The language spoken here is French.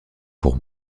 pour